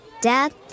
Dad